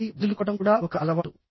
కాబట్టి వదులుకోవడం కూడా ఒక అలవాటు